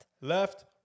left